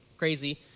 crazy